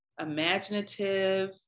imaginative